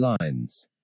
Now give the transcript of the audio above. lines